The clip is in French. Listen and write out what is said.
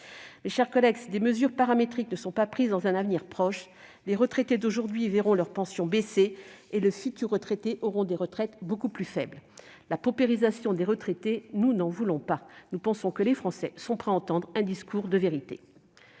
Mes chers collègues, si des mesures paramétriques ne sont pas prises dans un avenir proche, les retraités d'aujourd'hui verront leur pension baisser et les futurs retraités auront des retraites beaucoup plus faibles. La paupérisation des retraités, nous n'en voulons pas ! Nous pensons que les Français sont prêts à entendre un discours de vérité.